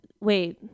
wait